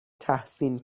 تحسین